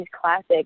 classic